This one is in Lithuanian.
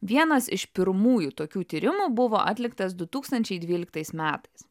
vienas iš pirmųjų tokių tyrimų buvo atliktas du tūkstančiai dvyliktais metais